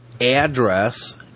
address